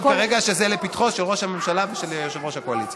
המצב כרגע שזה לפתחם של ראש הממשלה ושל יושב-ראש הקואליציה.